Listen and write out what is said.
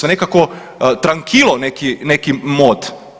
Nekako trankilo neki mod.